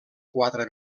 quatre